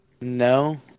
No